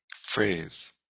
phrase